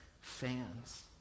fans